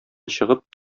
чыгып